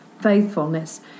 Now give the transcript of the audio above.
faithfulness